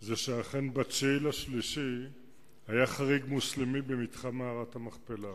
שאכן ב-9 במרס היה חריג מוסלמי במתחם מערת המכפלה.